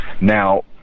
Now